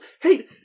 Hey